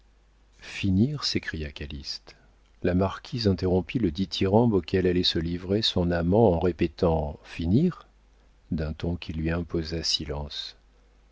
finir s'écria calyste la marquise interrompit le dithyrambe auquel allait se livrer son amant en répétant finir d'un ton qui lui imposa silence